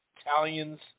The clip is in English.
Italians